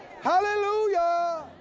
Hallelujah